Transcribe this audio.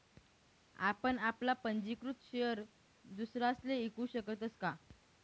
आपण आपला पंजीकृत शेयर दुसरासले ईकू शकतस का?